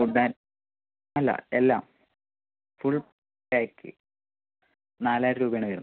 food and അല്ല എല്ലാം full pack നാലായിരം രൂപയാണ് വരുന്നത്